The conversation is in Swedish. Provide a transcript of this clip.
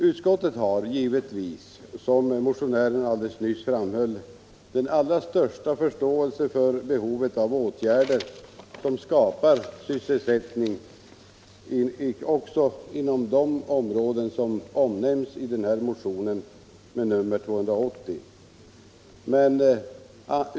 Utskottet har givetvis, som motionären alldeles nyss framhöll, den allra största förståelse för behovet av åtgärder som skapar sysselsättning också inom de områden som omnämns i motionen 280.